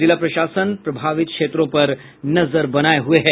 जिला प्रशासन प्रभावित क्षेत्रों पर नजर बनाये हुए है